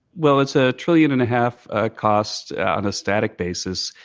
well it's a trillion and a half ah cost on a static basis.